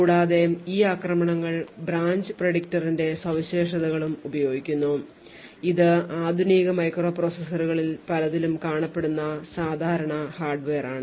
കൂടാതെ ഈ ആക്രമണങ്ങൾ ബ്രാഞ്ച് പ്രെഡിക്ടറിന്റെ സവിശേഷതകളും ഉപയോഗിക്കുന്നു ഇത് ആധുനിക മൈക്രോപ്രൊസസ്സറുകളിൽ പലതിലും കാണപ്പെടുന്ന സാധാരണ ഹാർഡ്വെയറാണ്